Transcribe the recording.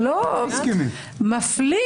אבסורדי